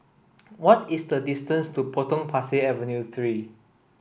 what is the distance to Potong Pasir Avenue three